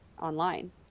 online